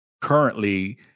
currently